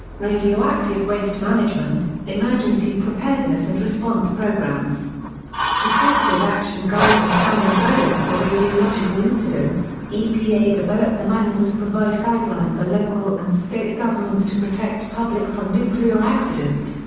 radioactive waste management emergency preparedness and response programs protective action guides and planning guidance for radiological incidents epa developed the manual to provide guideline for local and state governments to protect public from nuclear accident.